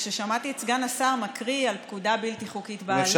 וכששמעתי את סגן השר מקריא על פקודה בלתי חוקית בעליל,